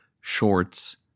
shorts